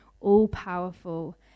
all-powerful